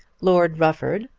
lord rufford,